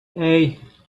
hey